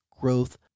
growth